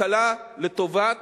הקלה, לטובת